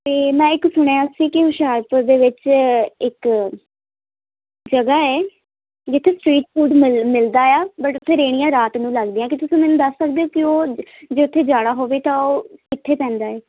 ਅਤੇ ਮੈਂ ਇੱਕ ਸੁਣਿਆ ਸੀ ਕਿ ਹੁਸ਼ਿਆਰਪੁਰ ਦੇ ਵਿੱਚ ਇੱਕ ਜਗ੍ਹਾ ਹੈ ਜਿੱਥੇ ਸਟ੍ਰੀਟ ਫੂਡ ਮਿਲ ਮਿਲਦਾ ਆ ਬਟ ਉੱਥੇ ਰੇਹੜੀਆਂ ਰਾਤ ਨੂੰ ਲੱਗਦੀਆਂ ਕੀ ਤੁਸੀਂ ਮੈਨੂੰ ਦੱਸ ਸਕਦੇ ਹੋ ਕਿ ਉਹ ਜੇ ਉੱਥੇ ਜਾਣਾ ਹੋਵੇ ਤਾਂ ਉਹ ਕਿੱਥੇ ਪੈਂਦਾ ਹੈ